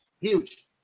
Huge